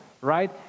right